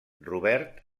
robert